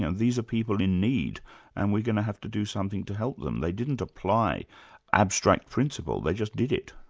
and these are people in need and we're going to have to do something to help them they didn't apply abstract principle, they just did it.